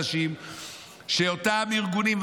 שלא יצטרכו להביא סדרת אנשים שאותם ארגונים,